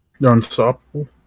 Unstoppable